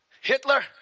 Hitler